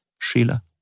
Sheila